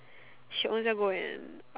she ownself go and